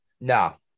No